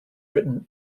written